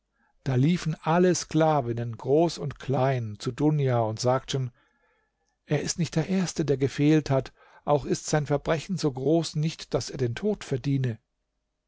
da liefen alle sklavinnen groß und klein zu dunja und sagten er ist nicht der erste der gefehlt hat auch ist sein verbrechen so groß nicht daß er den tod verdiene